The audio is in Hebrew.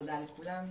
תודה לכולם.